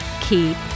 Keep